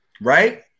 Right